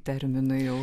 terminai jau